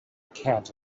cat